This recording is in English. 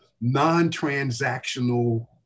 non-transactional